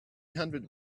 hundred